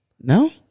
No